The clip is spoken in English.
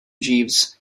jeeves